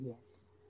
Yes